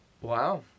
Wow